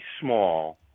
small